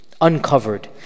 uncovered